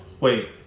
wait